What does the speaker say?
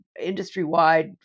industry-wide